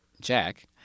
Jack